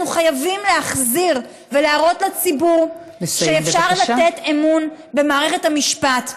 אנחנו חייבים להחזיר ולהראות לציבור שאפשר לתת אמון במערכת המשפט.